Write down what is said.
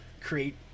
create